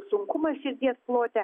sunkumas širdies plote